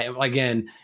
Again